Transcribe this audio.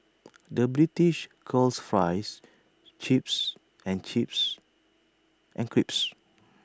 the British calls Fries Chips and chips and crisps